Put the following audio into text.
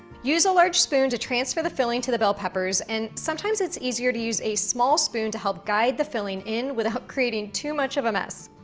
use a large spoon to transfer the filling to the bell peppers, and sometimes it's easier to use a small spoon to help guide the filling in without creating too much of a mess.